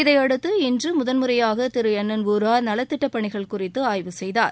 இதையடுத்து இன்று முதன் முறையாக திரு என் என் வோரா நலத்திட்டப் பணிகள் குறித்து ஆய்வு செய்தார்